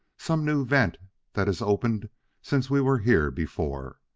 some new vent that has opened since we were here before.